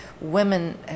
women